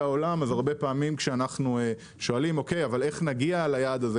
העולם הרבה פעמים כשאנחנו שואלים איך נגיע ליעד הזה,